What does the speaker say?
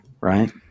Right